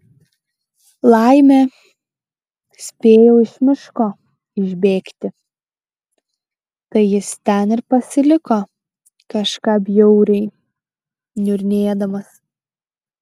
laimė spėjau iš miško išbėgti tai jis ten ir pasiliko kažką bjauriai niurnėdamas